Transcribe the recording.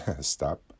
Stop